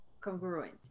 congruent